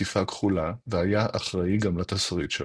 "קטיפה כחולה" והיה אחראי גם לתסריט שלו.